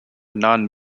non